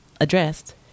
addressed